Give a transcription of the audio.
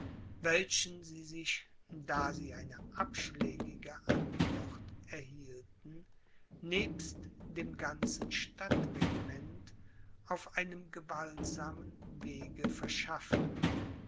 welchen sie sich da sie eine abschlägige antwort erhielten nebst dem ganzen stadtregiment auf einem gewaltsamen wege verschafften